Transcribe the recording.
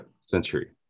century